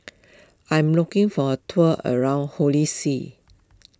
I am looking for a tour around Holy See